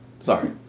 Sorry